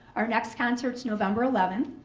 our next concert is november eleventh.